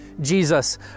Jesus